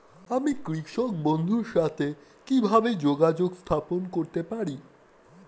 আমি কৃষক বন্ধুর সাথে কিভাবে যোগাযোগ স্থাপন করতে পারি?